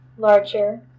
larger